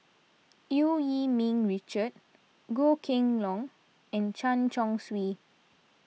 Eu Yee Ming Richard Goh Kheng Long and Chen Chong Swee